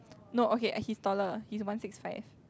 no okay he is taller he is one six five